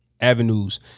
Avenues